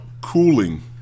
cooling